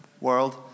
world